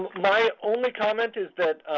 my only comment is that